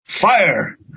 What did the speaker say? fire